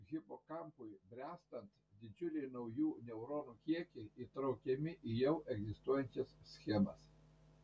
hipokampui bręstant didžiuliai naujų neuronų kiekiai įtraukiami į jau egzistuojančias schemas